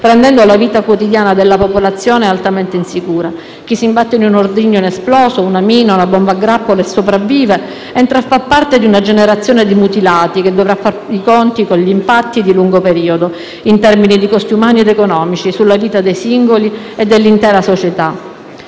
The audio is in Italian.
rendendo la vita quotidiana della popolazione altamente insicura. Chi si imbatte in un ordigno inesploso, in una mina, in una bomba a grappolo e sopravvive entra a far parte di una generazione di mutilati, che dovrà fare i conti con gli impatti di lungo periodo, in termini di costi umani ed economici, sulla vita dei singoli e sull'intera società.